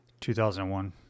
2001